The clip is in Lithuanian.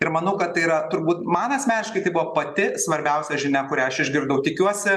ir manau kad yra turbūt man asmeniškai tai buvo pati svarbiausia žinia kurią aš išgirdau tikiuosi